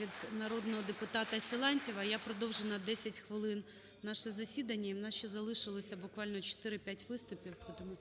від народного депутата Силантьєва. Я продовжую на 10 хвилин наше засідання. І у нас ще залишилось буквально 4-5 виступів, і будемо